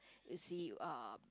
you see uh